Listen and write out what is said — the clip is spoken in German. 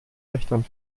wächtern